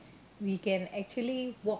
we can actually walk